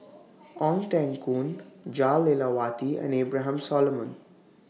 Ong Teng Koon Jah Lelawati and Abraham Solomon